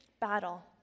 battle